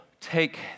take